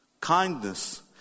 Kindness